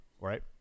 right